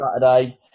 Saturday